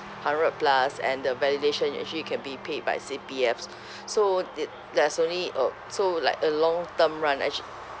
hundred plus and the validation you actually can be paid by C_P_Fs so the~ there's only uh so like a long term run actually